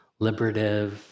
liberative